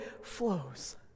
flows